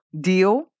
deal